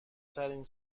ترین